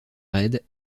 raid